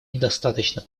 недостаточно